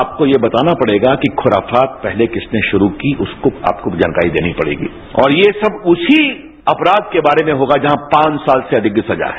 आपको ये बताना पड़ेगा कि खुराफात पहले किसने शुरू की उसको आपको जानकारी देनी पड़ेगी और ये सब उसी अपराध के बारे में होगा जहां पांच साल से अधिक की सजा है